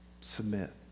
submit